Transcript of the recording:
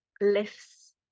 lifts